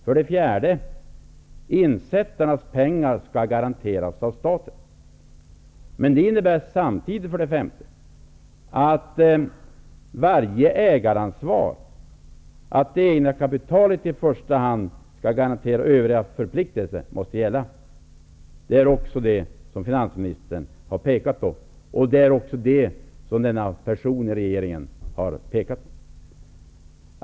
För det fjärde skall insättarnas pengar garanteras av staten. Men detta innebär samtidigt, för det femte, att regeln om att det egna kapitalet i första hand skall garantera övriga förpliktelser måste gälla. Även det har finansministern pekat på. Det är också detta som den åsyftade personen i regeringen har pekat på.